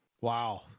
Wow